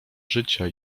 życia